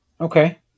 Okay